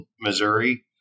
Missouri